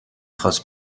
خواست